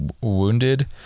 wounded